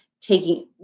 taking